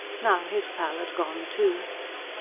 now, his pal had gone, too.